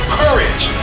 courage